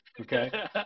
okay